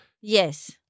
Yes